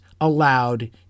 allowed